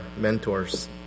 mentors